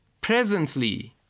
presently